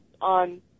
on